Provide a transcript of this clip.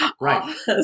Right